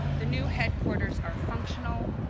the new headquarters are functional,